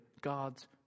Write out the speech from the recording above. God's